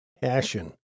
passion